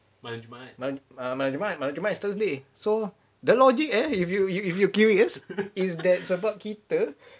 err malam jumaat malam jumaat is thursday so the logic eh if you you if you're curious is that sebab kita